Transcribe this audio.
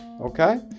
okay